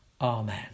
Amen